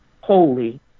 holy